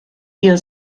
ihr